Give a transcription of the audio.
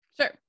Sure